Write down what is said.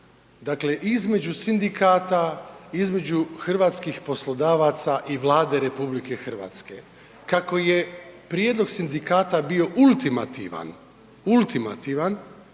dakle između sindikata, između hrvatskih poslodavaca i Vlade RH. Kako je prijedlog sindikata bio ultimativan, ultimativan,